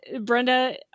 brenda